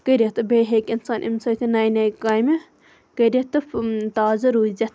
کٔرِتھ تہٕ بیٚیہِ ہیٚکہِ اِنسان امہِ سۭتۍ نَیہِ نَیہِ کامہِ کٔرِتھ تہٕ تازٕ روٗزِتھ